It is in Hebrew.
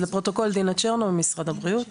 שלום, שמי דינה צ'רנו ממשרד הבריאות.